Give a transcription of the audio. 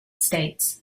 states